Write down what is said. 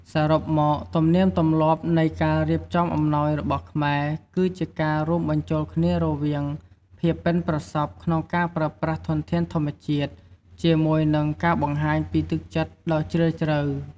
សរុបមក ទំនៀមទម្លាប់នៃការរៀបចំអំណោយរបស់ខ្មែរ គឺជាការរួមបញ្ចូលគ្នារវាង ភាពប៉ិនប្រសប់ក្នុងការប្រើប្រាស់ធនធានធម្មជាតិ ជាមួយនឹង ការបង្ហាញពីទឹកចិត្តដ៏ជ្រាលជ្រៅ។